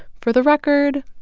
for the record,